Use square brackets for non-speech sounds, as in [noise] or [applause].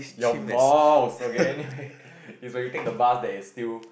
your balls okay anyway [laughs] it's okay you take the bus that's still